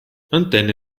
mantenne